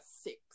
six